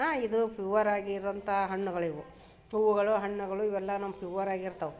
ಹಾಂ ಇದು ಪಿವರ್ ಆಗಿರುವಂಥ ಹಣ್ಣುಗಳಿವು ಹೂವುಗಳು ಹಣ್ಣುಗಳು ಇವೆಲ್ಲ ನಮ್ದು ಪ್ಯುವರ್ ಆಗಿರ್ತವೆ